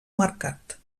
mercat